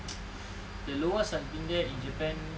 the lowest I've been there in japan